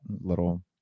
little